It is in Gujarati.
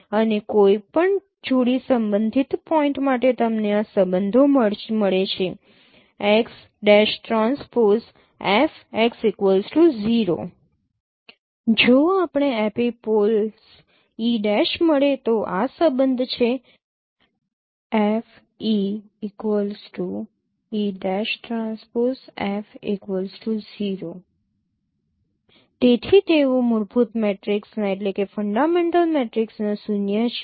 અને કોઈપણ જોડી સંબંધિત પોઇન્ટ માટે તમને આ સંબંધો મળે છે જો આપણને એપિપોલ્સ e' મળે તો આ સંબંધ છે તેથી તેઓ મૂળભૂત મેટ્રિક્સના શૂન્ય છે